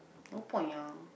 no point ah